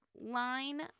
Line